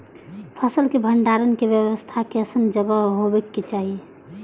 फसल के भंडारण के व्यवस्था केसन जगह हेबाक चाही?